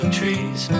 trees